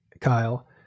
Kyle